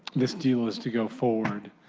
this deal is to go forward,